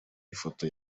ifoto